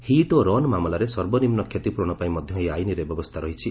hit ଓ run ମାମଲାରେ ସର୍ବନିମ୍ନ କ୍ଷତିପୂରଣ ପାଇଁ ମଧ୍ୟ ଏହି ଆଇନ୍ରେ ବ୍ୟବସ୍ଥା ରହିଛି